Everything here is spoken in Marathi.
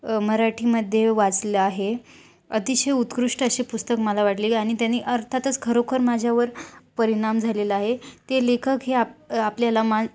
मराठीमध्ये वाचलं आहे अतिशय उत्कृष्ट असे पुस्तक मला वाटले आणि त्याने अर्थातच खरोखर माझ्यावर परिणाम झालेला आहे ते लेखक हे आप आपल्याला मा